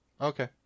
Okay